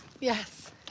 Yes